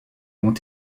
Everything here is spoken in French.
ont